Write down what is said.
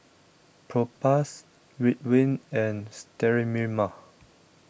Propass Ridwind and Sterimar